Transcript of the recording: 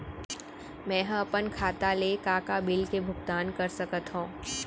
मैं ह अपन खाता ले का का बिल के भुगतान कर सकत हो